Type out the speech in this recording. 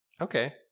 okay